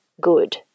good